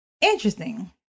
Interesting